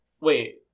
wait